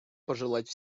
пожелать